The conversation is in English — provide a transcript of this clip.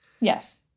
Yes